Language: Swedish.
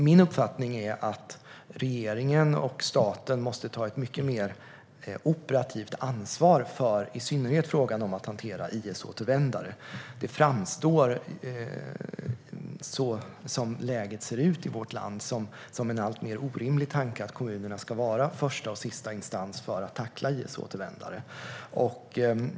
Min uppfattning är att regeringen och staten måste ta ett mycket mer operativt ansvar för i synnerhet frågan om att hantera IS-återvändare. Det framstår, som läget ser ut i vårt land, som en alltmer orimlig tanke att kommunerna ska vara första och sista instans för att tackla IS-återvändare.